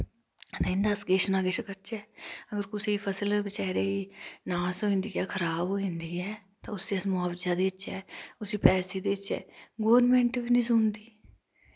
ते इंदै अस किश न किश करचै अगर कुसै फसल बचैरे नास होई जंदी ऐ खराब होई जंदी ऐ तां उसी अस मुआबजा देचै असी पैसे देचै गौरमैंट बी नी सुनदी